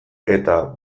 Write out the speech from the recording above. eta